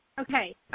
Okay